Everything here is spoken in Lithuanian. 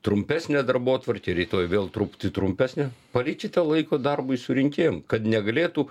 trumpesnė darbotvarkė rytoj vėl truputį trumpesnė palikite laiko darbui su rinkėm kad negalėtų